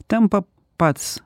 tampa pats